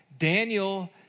Daniel